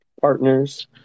partners